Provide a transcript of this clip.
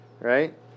right